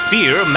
Beer